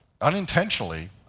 unintentionally